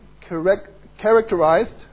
characterized